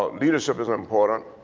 ah leadership is important.